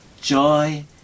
joy